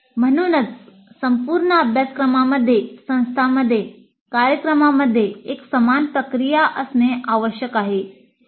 म्हणूनच संपूर्ण अभ्यासक्रमांमध्ये संस्थांमध्ये कार्यक्रमांमध्ये एक समान प्रक्रिया असणे आवश्यक आहे